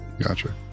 Gotcha